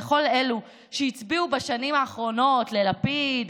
לכל אלו שהצביעו בשנים האחרונות ללפיד,